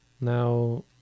Now